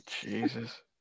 Jesus